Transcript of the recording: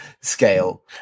scale